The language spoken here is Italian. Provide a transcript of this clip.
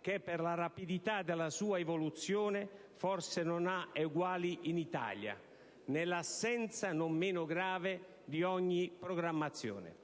che, per la rapidità della sua evoluzione, forse non ha eguali in Italia, nell'assenza, non meno grave, di ogni programmazione.